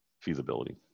feasibility